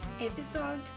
episode